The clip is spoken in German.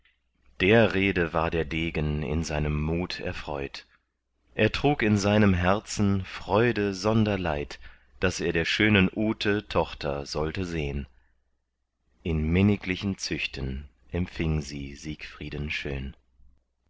der rede war der degen in seinem mut erfreut er trug in seinem herzen freude sonder leid daß er der schönen ute tochter sollte sehn in minniglichen züchten empfing sie siegfrieden schön